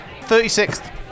36th